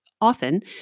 often